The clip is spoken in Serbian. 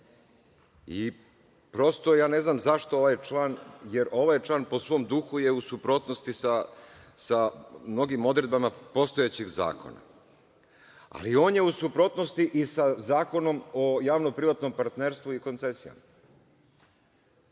ne znam zašto ovaj član, jer ovaj član po svom duhu je u suprotnosti sa mnogim odredbama postojećih zakona, ali on je u suprotnosti i sa Zakonom o javno-privatnom partnerstvu i koncesijama. Mi